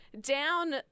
down